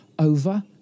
over